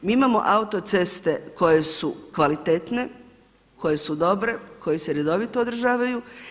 Mi imamo autoceste koje su kvalitetne, koje su dobre, koje se redovito održavaju.